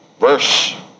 Verse